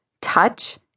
Touch